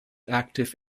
active